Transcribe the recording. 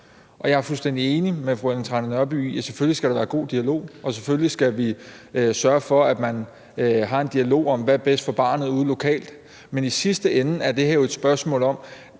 enig med fru Ellen Trane Nørby i, at selvfølgelig skal der være god dialog, og selvfølgelig skal vi sørge for, at man har en dialog om, hvad der er bedst for barnet, ude lokalt. Men i sidste ende er det her jo et spørgsmål om,